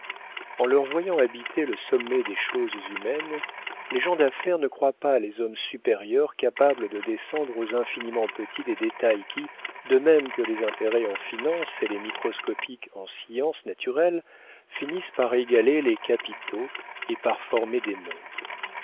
en leur voyant habiter le sommet des choses humaines les gens d'affaires ne croient pas les hommes supérieurs capables de descendre aux infiniment petits des détails qui de même que les intérêts en finance et les microscopiques en science naturelle finissent par égaler les capitaux et par former des mondes